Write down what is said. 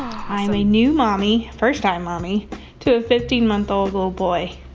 i am a new mommy first-time mommy to a fifteen month old little boy.